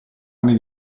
anni